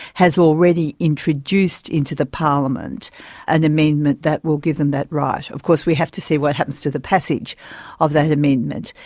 has already introduced into the parliament an amendment that will give them that right. of course we have to see what happens to the passage of that amendment.